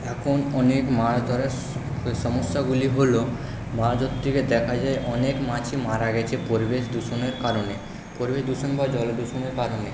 এখন অনেক মাছ ধরার সমস্যাগুলি হলো মাছ ধরতে গিয়ে দেখা যায় অনেক মাছই মারা গেছে পরিবেশ দূষণের কারণে পরিবেশ দূষণ বা জল দূষণের কারণে